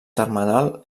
termenal